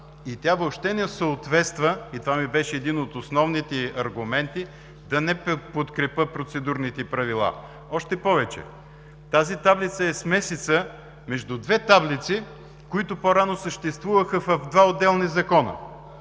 това ми беше един от основните аргументи да не подкрепя процедурните правила. Още повече, тази таблица е смесица между две таблици, които по-рано съществуваха в два отделни закона: